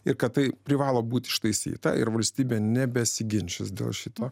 ir kad tai privalo būt ištaisyta ir valstybė nebesiginčys dėl šito